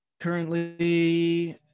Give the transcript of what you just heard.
currently